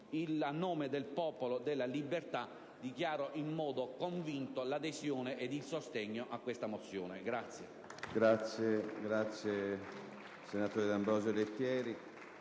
a nome del Popolo della Libertà dichiaro in modo convinto l'adesione ed il sostegno a questa mozione.